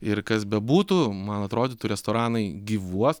ir kas bebūtų man atrodytų restoranai gyvuos